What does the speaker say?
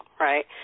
right